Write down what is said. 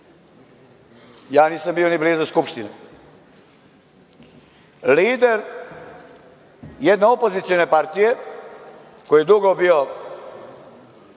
Ja nisam bio ni blizu Skupštine. Lider jedne opozicione partije koji je dugo bio